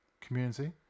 community